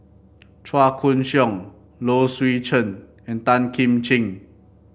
Chua Koon Siong Low Swee Chen and Tan Kim Ching